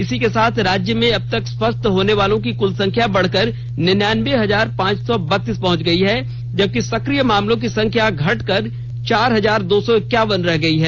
इसी के साथ राज्य में अबतक स्वस्थ होनेवालों की कुल संख्या बढ़कर निन्यानर्ब हजार पांच सौ बत्तीस पहुंच गई है जबकि सक्रिय मामलों की संख्या घटकर चार हजार दो सौ इक्यावन रह गई है